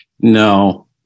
No